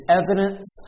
evidence